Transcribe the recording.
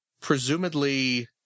presumably